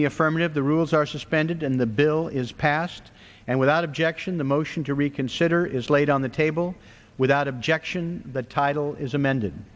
the affirmative the rules are suspended and the bill is passed and without objection the motion to reconsider is laid on the table without objection the title is amended